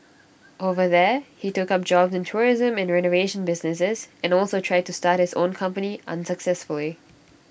over there he took up jobs in tourism and renovation businesses and also tried to start his own company unsuccessfully